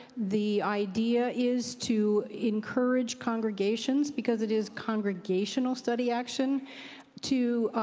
the idea is to encourage congregations, because it is congregational study action to